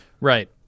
right